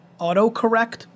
autocorrect